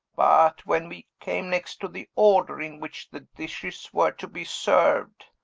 but when we came next to the order in which the dishes were to be served